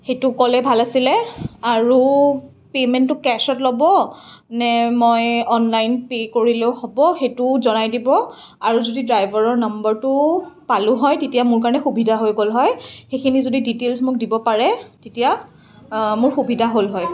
সেইটো ক'লে ভাল আছিলে আৰু পে'মেণ্টটো কেছত ল'ব নে মই অনলাইন পে' কৰিলেও হ'ব সেইটো জনাই দিব আৰু যদি ড্ৰাইভাৰৰ নাম্বাৰটো পালোঁ হয় তেতিয়া মোৰ কাৰণে সুবিধা হৈ গ'ল হয় সেইখিনি যদি ডিটেইলছ মোক দিব পাৰে তেতিয়া মোৰ সুবিধা হ'ল হয়